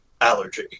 allergy